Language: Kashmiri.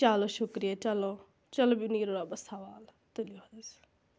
چلو شُکریہِ چلو چلو نیٖرِو رۅبَس حوال تُلِو حظ